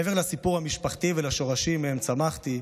מעבר לסיפור המשפחתי ולשורשים שמהם צמחתי,